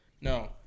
No